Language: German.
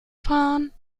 fahren